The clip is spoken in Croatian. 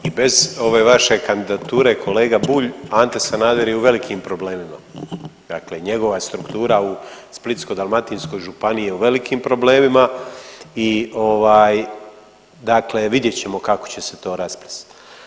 I bez ove vaše kandidature kolega Bulj, Ante Sanader je u velikim problemima, dakle njegova struktura u Splitsko-dalmatinskoj županiji je u velikim problemima i ovaj dakle vidjet ćemo kako će se to rasplest.